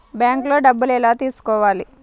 బ్యాంక్లో డబ్బులు ఎలా తీసుకోవాలి?